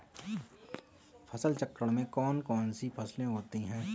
फसल चक्रण में कौन कौन सी फसलें होती हैं?